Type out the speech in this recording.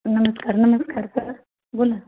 नमस्कार नमस्कार सर बोला